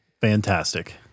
fantastic